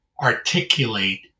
articulate